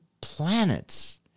planets